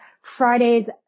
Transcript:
Friday's